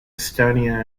estonia